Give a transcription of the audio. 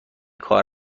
کار